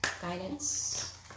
Guidance